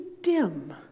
dim